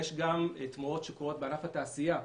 יש גם תמורות שקורות בענף התעשייה.